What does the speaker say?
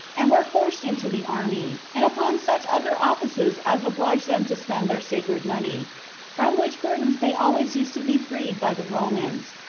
and were forced into the army, and upon such other offices as obliged them to spend their sacred money from which burdens they always used to be freed by the romans,